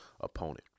opponent